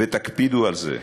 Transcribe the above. ותקפידו על זה,